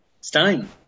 Stein